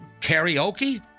Karaoke